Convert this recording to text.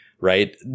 right